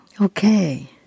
Okay